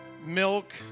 milk